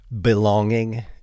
belonging